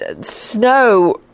snow